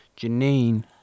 Janine